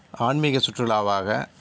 ஆன்மீக சுற்றுலாவாக